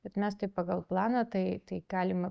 bet mes tai pagal planą tai tai galima